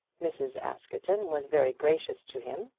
mrs. askerton was very gracious to him,